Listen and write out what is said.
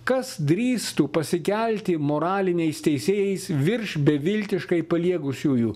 kas drįstų pasikelti moraliniais teisėjais virš beviltiškai paliegusiųjų